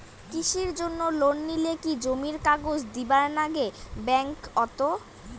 কৃষির জন্যে লোন নিলে কি জমির কাগজ দিবার নাগে ব্যাংক ওত?